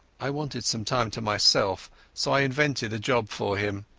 i wanted some time to myself, so i invented a job for him.